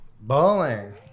Bowling